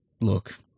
look